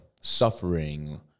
suffering